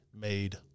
made